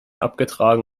abgetragen